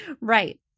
Right